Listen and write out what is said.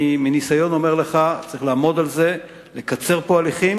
אני אומר לך מניסיון: צריך לעמוד על זה ולקצר פה הליכים.